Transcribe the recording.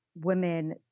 women